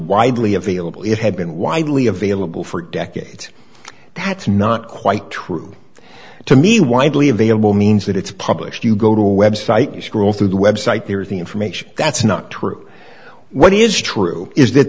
widely available it had been widely available for decades that's not quite true to me widely available means that it's published you go to a website you scroll through the website here's the information that's not true what is true is that